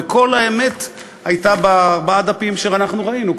וכל האמת הייתה בארבעת הדפים שאנחנו ראינו,